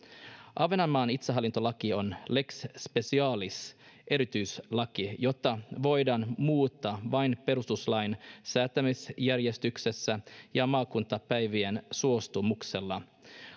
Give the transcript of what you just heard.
ahvenanmaan itsehallintolaki on lex specialis erityislaki jota voidaan muuttaa vain perustuslain säätämisjärjestyksessä ja maakuntapäivien suostumuksella